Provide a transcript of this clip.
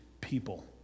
people